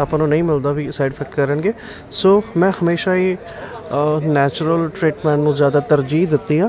ਆਪਾਂ ਨੂੰ ਨਹੀਂ ਮਿਲਦਾ ਵੀ ਸਾਈਡ ਇਫੈਕਟ ਕਰਨਗੇ ਸੋ ਮੈਂ ਹਮੇਸ਼ਾ ਹੀ ਨੈਚੁਰਲ ਟਰੀਟਮੈਂਟ ਨੂੰ ਜ਼ਿਆਦਾ ਤਰਜੀਹ ਦਿੱਤੀ ਆ